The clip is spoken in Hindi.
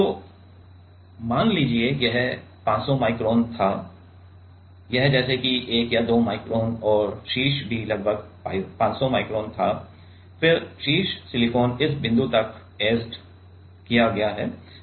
तो मान लीजिए कि यह 500 माइक्रोन था यह जैसे कि 1 या 2 माइक्रोन और शीर्ष भी लगभग 500 माइक्रोन था फिर शीर्ष सिलिकॉन इस बिंदु तक ऐचेड किया गया है